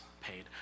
paid